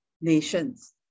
nations